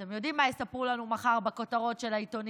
אתם יודעים מה יספרו לנו מחר בכותרות של העיתונים,